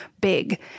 big